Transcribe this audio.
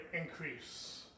increase